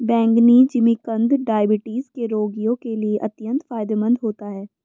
बैंगनी जिमीकंद डायबिटीज के रोगियों के लिए अत्यंत फायदेमंद होता है